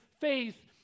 faith